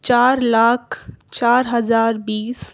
چار لاکھ چار ہزار بیس